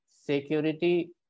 security